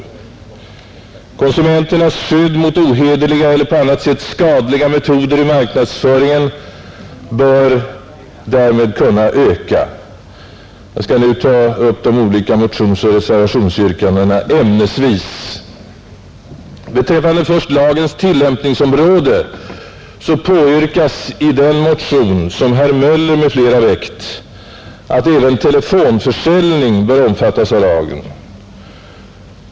Konsumenternas skydd mot ohederliga eller på annat sätt skadliga metoder i marknadsföringen bör därmed kunna öka, Jag skall nu ta upp de olika motionsoch reservationsyrkandena ämnesvis. Beträffande först lagens tillämpningsområde påyrkas i den motion, som herr Möller i Göteborg m.fl. väckt, att även telefonförsäljning bör omfattas av lagen.